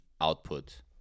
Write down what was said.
output